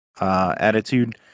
attitude